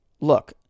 look